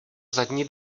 zadní